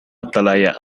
atalaya